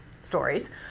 stories